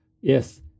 yes